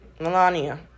Melania